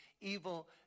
evil